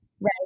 Right